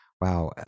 wow